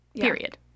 period